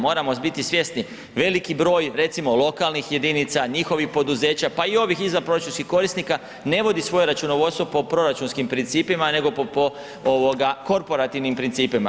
Moramo biti svjesni veliki broj recimo lokalnih jedinica, njihovih poduzeća pa i ovih izvanproračunskih korisnika ne vodi svoje računovodstvo po proračunskim principima nego po korporativnim principima.